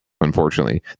unfortunately